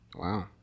Wow